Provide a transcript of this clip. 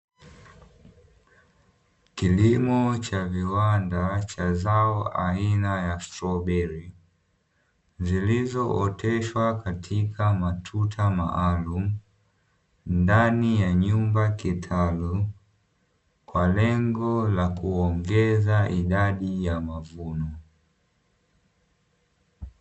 Kilimo cha viwanda cha zao aina ya stroberi, zilizooteshwa katika matuta maalumu ndani ya nyumba kitalu, kwa lengo la kuongeza idadi ya mavuno.